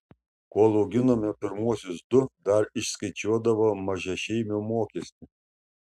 kol auginome pirmuosius du dar išskaičiuodavo mažašeimio mokestį